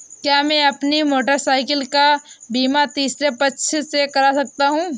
क्या मैं अपनी मोटरसाइकिल का बीमा तीसरे पक्ष से करा सकता हूँ?